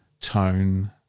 tone